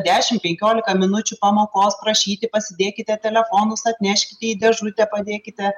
dešim penkiolika minučių pamokos prašyti pasidėkite telefonus atneškite į dėžutę padėkite